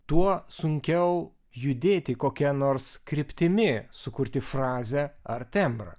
tuo sunkiau judėti kokia nors kryptimi sukurti frazę ar tembrą